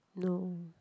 no